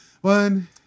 One